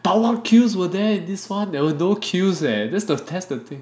but what queues were there in this one there were no queues eh just the test the thing